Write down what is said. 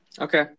okay